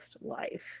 life